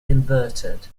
inverted